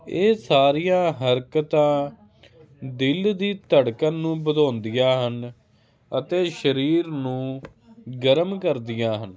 ਇਹ ਸਾਰੀਆਂ ਹਰਕਤਾਂ ਦਿਲ ਦੀ ਧੜਕਣ ਨੂੰ ਵਧਾਉਂਦੀਆਂ ਹਨ ਅਤੇ ਸਰੀਰ ਨੂੰ ਗਰਮ ਕਰਦੀਆਂ ਹਨ